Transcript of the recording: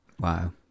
wow